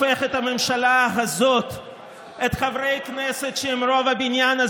חברת הכנסת רגב,